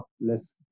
less